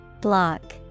Block